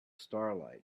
starlight